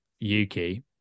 Yuki